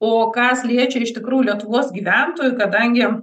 o kas liečia iš tikrųjų lietuvos gyventojų kadangi